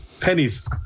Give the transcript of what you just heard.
pennies